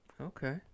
okay